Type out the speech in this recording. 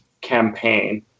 campaign